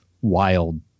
wild